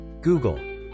Google